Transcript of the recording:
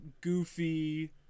goofy